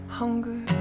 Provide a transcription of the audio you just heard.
hunger